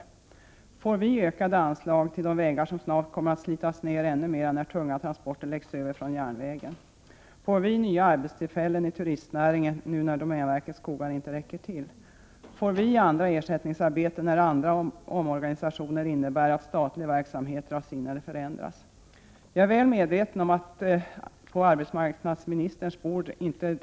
Får vi ökade anslag till de vägar som snart kommer att slitas ner ännu mera, nu när tunga transporter läggs över från järnvägen? Får vi nya arbetstillfällen i turistnäringen, nu när domänverkets skogar inte räcker till? Får vi ersättningsarbeten när andra omorganisationer innebär att statlig verksamhet dras in eller förändras? Jag är väl medveten om att dessa frågor inte ligger på arbetsmarknadsministerns bord.